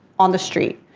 on the street.